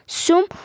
sum